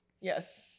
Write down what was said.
Yes